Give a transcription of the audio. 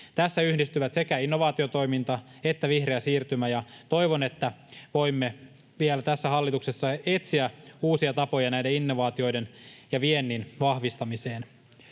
Tässä yhdistyvät sekä innovaatiotoiminta että vihreä siirtymä, ja toivon, että voimme vielä tässä hallituksessa etsiä uusia tapoja näiden innovaatioiden ja viennin vahvistamiseen.